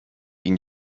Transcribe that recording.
ihn